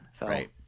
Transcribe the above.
Right